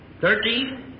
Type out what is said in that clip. Thirteen